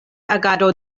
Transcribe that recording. agado